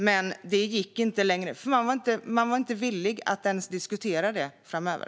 Men det gick inte längre, för man var inte villig att ens diskutera det framöver.